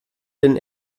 denn